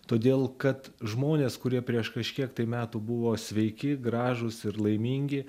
todėl kad žmonės kurie prieš kažkiek tai metų buvo sveiki gražūs ir laimingi